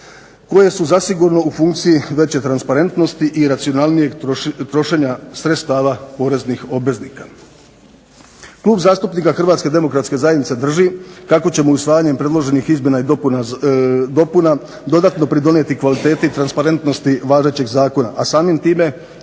koje su zasigurno u funkciji veće transparentnosti i racionalnijeg trošenja sredstava poreznih obveznika. Klub zastupnika Hrvatske demokratske zajednice drži kako ćemo usvajanjem predloženih izmjena i dopuna dodatno pridonijeti kvaliteti i transparentnosti važećeg zakona, a samim time